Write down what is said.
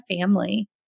family